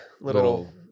little